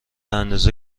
اندازه